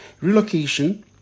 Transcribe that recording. relocation